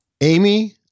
Amy